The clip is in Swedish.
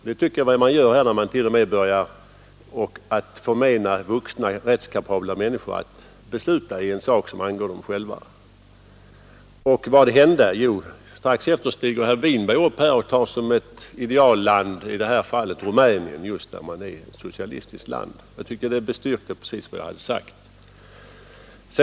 Det tycker jag att samhället gör när man t.o.m. vill förmena vuxna, rättskapabla människor att suveränt besluta i en sak som angår dem själva. Och vad händer? Jo, herr Winberg stiger upp och tar fram som ett idealland i det här avseendet Rumänien, som ju är ett socialistland. Jag tycker att det bestyrker precis vad jag har sagt.